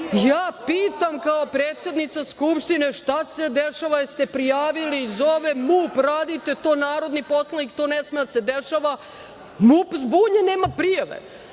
pitam kao predsednica Skupštine šta se dešava, jeste li prijavili, zovem MUP, radite, to je narodni poslanik, to ne sme da se dešava. MUP zbunjen, nema prijave.